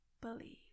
believe